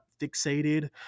fixated